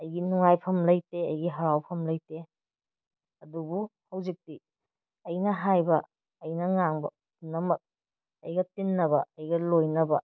ꯑꯩꯒꯤ ꯅꯨꯡꯉꯥꯏꯐꯝ ꯂꯩꯇꯦ ꯑꯩꯒꯤ ꯍꯔꯥꯎꯐꯝ ꯂꯩꯇꯦ ꯑꯗꯨꯕꯨ ꯍꯧꯖꯤꯛꯇꯤ ꯑꯩꯅ ꯍꯥꯏꯕ ꯑꯩꯅ ꯉꯥꯡꯕ ꯄꯨꯝꯅꯃꯛ ꯑꯩꯒ ꯇꯤꯟꯅꯕ ꯑꯩꯒ ꯂꯣꯏꯅꯕ